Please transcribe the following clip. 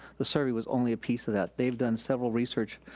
the survey was only a piece of that. they've done several research